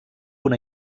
una